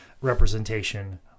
representation